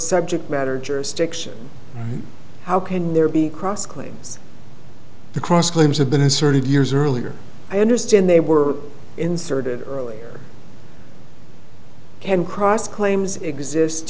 subject matter jurisdiction how can there be cross claims the cross claims have been asserted years earlier i understand they were inserted earlier can cross claims exist